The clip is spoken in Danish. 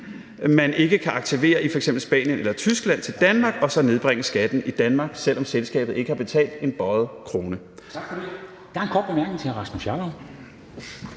man ikke kan aktivere i f.eks. Spanien eller Tyskland, og så nedbringe skatten i Danmark, selv om selskabet ikke har betalt en bøjet femøre.